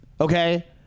Okay